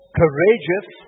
courageous